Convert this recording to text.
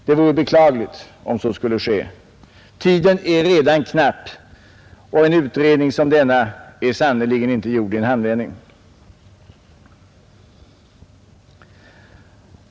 Det vore beklagligt, om så skulle ske. Tiden är redan knapp, och en utredning som denna är sannerligen inte gjord i en handvändning.